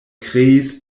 kreis